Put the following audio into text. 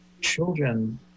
children